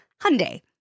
Hyundai